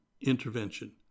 intervention